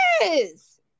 yes